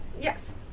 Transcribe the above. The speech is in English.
Yes